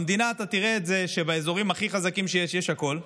במדינה אתה תראה שבאזורים הכי חזקים יש הכול,